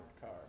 car